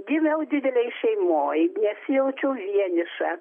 gimiau didelėj šeimoj nesijaučiau vieniša